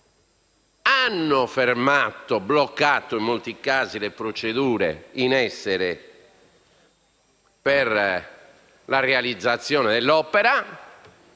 hanno fermato - bloccato in molti casi - le procedure in essere per la realizzazione dell'opera;